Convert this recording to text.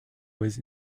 was